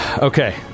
Okay